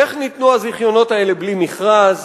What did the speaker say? איך ניתנו הזיכיונות האלה בלי מכרז?